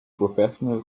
professional